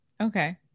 Okay